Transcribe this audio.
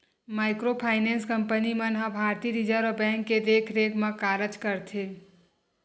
micro finance company मन ह भारतीय रिजर्व बेंक के देखरेख म कारज करथे